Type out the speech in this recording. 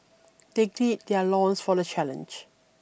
they gird their loins for the challenge